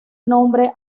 nombre